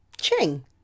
Ching